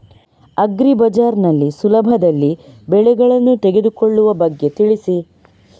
agri Bazaar ನಲ್ಲಿ ಸುಲಭದಲ್ಲಿ ಬೆಳೆಗಳನ್ನು ತೆಗೆದುಕೊಳ್ಳುವ ಬಗ್ಗೆ ತಿಳಿಸಿ